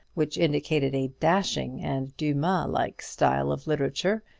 which indicated a dashing and dumas-like style of literature,